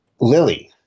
Lily